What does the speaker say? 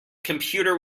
computer